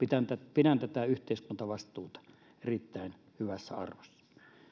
pidän tätä yhteiskuntavastuuta erittäin hyvässä arvossa